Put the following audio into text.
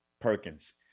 Perkins